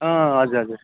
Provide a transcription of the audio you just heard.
अँ हजुर हजुर